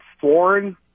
foreign